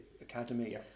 academy